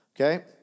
Okay